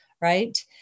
right